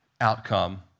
outcome